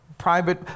private